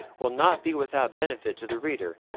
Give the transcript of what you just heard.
will not be without benefit to the reader,